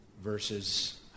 verses